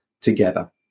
together